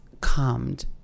calmed